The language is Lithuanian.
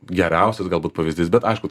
geriausias galbūt pavyzdys bet aišku